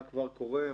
מה כבר קורה,